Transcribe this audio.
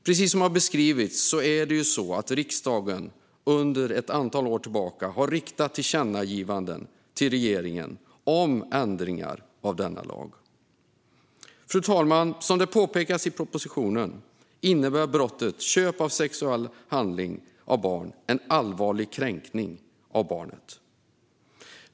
Precis som har beskrivits har riksdagen under ett antal år riktat tillkännagivanden till regeringen om ändringar av denna lag. Som påpekas i propositionen innebär brottet köp av sexuell handling av barn en allvarlig kränkning av barnet.